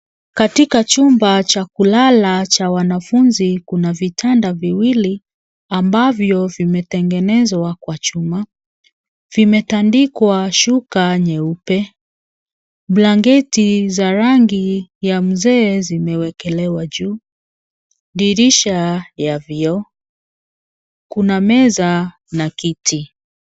Katika chumba cha kulala cha wanafunzi kuna vitanda viwili ambavyo vimetengenezwa Kwa chuma. Vimetandikwa shuka nyeupe, blanketi za rangi ya mzee zimewekelewa juu. Dirisha ya vioo, kuna meza na kiti.